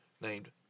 named